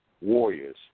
warriors